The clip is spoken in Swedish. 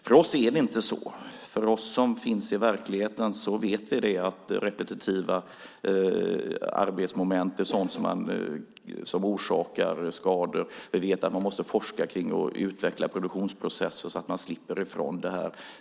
För oss är det inte så. Vi som finns i verkligheten vet att repetitiva arbetsmoment är sådant som orsakar skador. Vi vet att man måste forska kring och utveckla produktionsprocesser, så att man slipper ifrån det här.